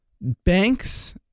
banks